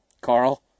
Carl